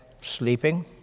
sleeping